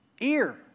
ear